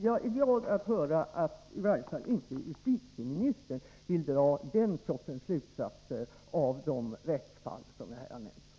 Jag är glad att höra att i varje fall justitieministern inte vill dra den sortens slutsatser av det rättsfall som här har nämnts.